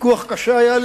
ויכוח קשה היה לי.